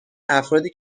افرادی